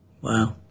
Wow